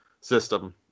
system